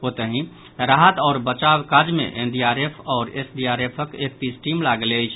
ओतहि राहत आओर बचाव काज मे एनडीआरएफ आओर एसडीआरएफक एकतीस टीम लागल अछि